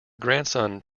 grandson